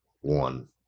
one